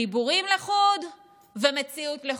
דיבורים לחוד ומציאות לחוד.